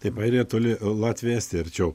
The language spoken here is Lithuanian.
taip airija toli latvija estija arčiau